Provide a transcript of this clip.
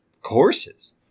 courses